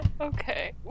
Okay